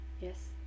Yes